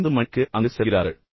50 மணிக்கு அங்கு செல்கிறார்கள்